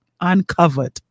uncovered